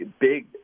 big